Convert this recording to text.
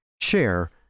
Share